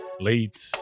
Late